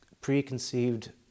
preconceived